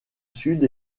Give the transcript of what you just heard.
sud